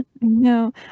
No